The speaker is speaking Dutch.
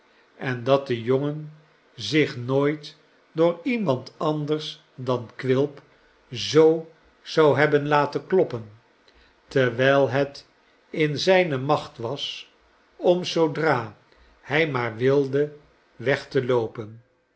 en dat de jongen zich nooit door iemand anders dan quilp zoo zou hebben laten kloppen terwijl het in zijne macht was om zoodra hij maar wilde weg te loopen